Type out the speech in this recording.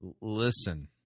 listen